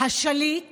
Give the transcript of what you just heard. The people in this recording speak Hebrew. השליט